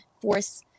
force